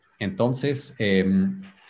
Entonces